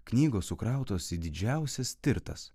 knygos sukrautos į didžiausias tirtas